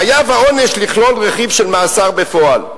חייב העונש לכלול רכיב של מאסר בפועל?